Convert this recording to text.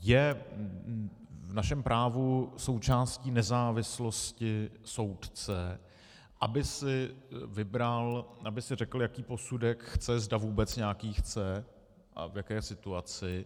Je v našem právu součástí nezávislosti soudce, aby si vybral, aby si řekl, jaký posudek chce, zda vůbec nějaký chce a v jaké situaci.